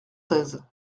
seize